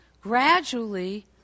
gradually